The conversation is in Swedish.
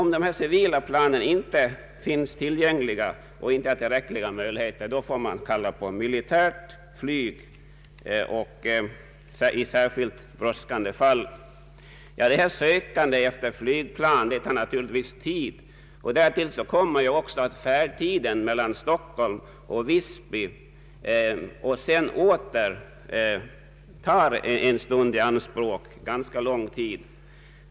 Om de civila resurserna vid något tillfälle inte är tillräckliga finns det vissa möjligheter att nyttja militärt flyg i ambulansoch räddningsflygtjänst i särskilt viktiga och brådskande fall.” Detta sökande efter flygplan tar naturligtvis tid, och därtill kommer att färdtiden mellan Stockholm och Visby och åter är ganska lång.